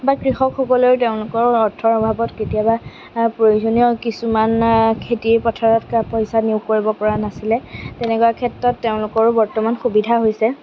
বা কৃষকসকলেও তেওঁলোকৰ অৰ্থৰ অভাৱত কেতিয়াবা প্ৰয়োজনীয় কিছুমান খেতিৰ পথাৰত পইচা নিয়োগ কৰিব পৰা নাছিলে তেনেকুৱা ক্ষেত্ৰত তেওঁলোকৰো বৰ্তমান সুবিধা হৈছে